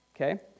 okay